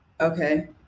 Okay